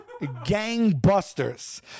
gangbusters